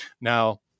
Now